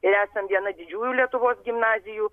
ir esam viena didžiųjų lietuvos gimnazijų